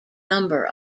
number